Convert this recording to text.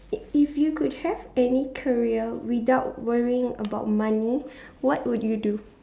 if if you could have any career without worrying about money what would you do